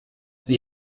the